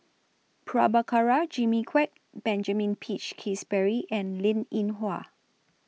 Prabhakara Jimmy Quek Benjamin Peach Keasberry and Linn in Hua